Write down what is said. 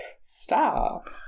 Stop